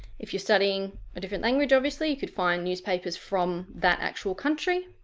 if you're studying a different language obviously you could find newspapers from that actual country.